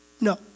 No